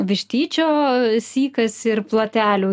vištyčio sykas ir platelių